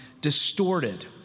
distorted